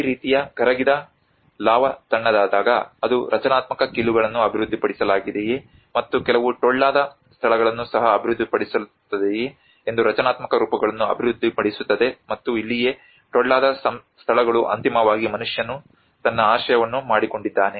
ಈ ರೀತಿಯ ಕರಗಿದ ಲಾವಾ ತಣ್ಣಗಾದಾಗ ಅದು ರಚನಾತ್ಮಕ ಕೀಲುಗಳನ್ನು ಅಭಿವೃದ್ಧಿಪಡಿಸಲಾಗಿದೆಯೆ ಮತ್ತು ಕೆಲವು ಟೊಳ್ಳಾದ ಸ್ಥಳಗಳನ್ನು ಸಹ ಅಭಿವೃದ್ಧಿಪಡಿಸುತ್ತದೆಯೆ ಎಂದು ರಚನಾತ್ಮಕ ರೂಪಗಳನ್ನು ಅಭಿವೃದ್ಧಿಪಡಿಸುತ್ತದೆ ಮತ್ತು ಇಲ್ಲಿಯೇ ಟೊಳ್ಳಾದ ಸ್ಥಳಗಳು ಅಂತಿಮವಾಗಿ ಮನುಷ್ಯನು ತನ್ನ ಆಶ್ರಯವನ್ನು ಮಾಡಿಕೊಂಡಿದ್ದಾನೆ